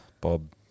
Bob